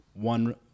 one